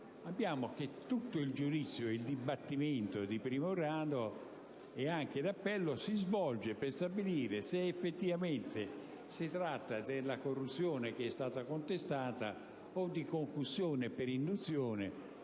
concussione, tutto il giudizio, il dibattimento di primo grado ed anche in appello, si svolgono per stabilire se effettivamente si tratta della corruzione che è stata contestata o di concussione per induzione;